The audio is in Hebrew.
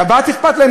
שבת אכפת להם?